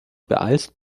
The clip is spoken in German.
beeilst